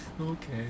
Okay